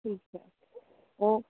ठीकु आहे ओके